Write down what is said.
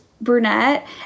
brunette